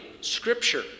scripture